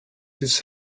this